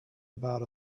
about